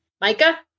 Micah